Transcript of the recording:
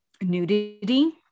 nudity